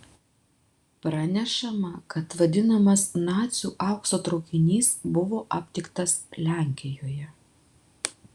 pranešama kad vadinamas nacių aukso traukinys buvo aptiktas lenkijoje